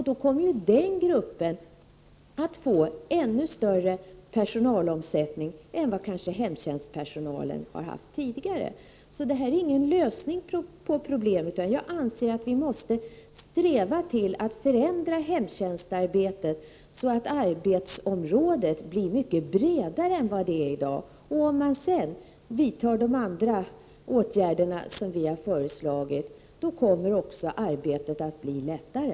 Då kommer den gruppen att få ännu större personalomsättning än vad hemtjänsten kanske haft tidigare. Så det är ingen lösning på problemet. Jag anser att vi måste sträva till att förändra hemtjänstarbetet så att arbetsområdet blir mycket bredare än vad det är i dag. Om man sedan vidtar de andra åtgärder som vi har föreslagit, kommer också arbetet att bli lättare.